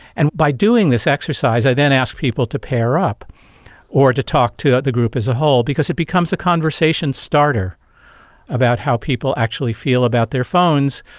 and by doing this exercise i then ask people to pair up or to talk to the group as a whole because it becomes a conversation starter about how people actually feel about their phones,